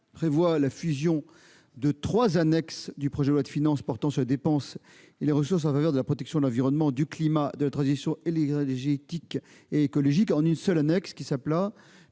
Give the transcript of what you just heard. prévoit la fusion des trois annexes générales du projet de loi de finances portant sur les dépenses et les ressources en faveur de la protection de l'environnement, du climat et de la transition écologique et énergétique en une seule annexe, qui